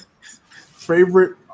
favorite